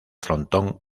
frontón